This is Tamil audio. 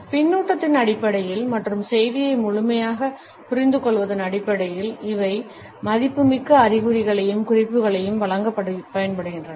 பின்னூட்டத்தின் அடிப்படையில் மற்றும் செய்தியை முழுமையாகப் புரிந்துகொள்வதன் அடிப்படையில் இவை மதிப்புமிக்க அறிகுறிகளையும் குறிப்புகளையும் வழங்கப் பயன்படுகின்றன